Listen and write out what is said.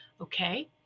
okay